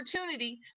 opportunity